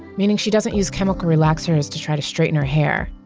meaning, she doesn't use chemical relaxers to try to straighten her hair.